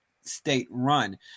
state-run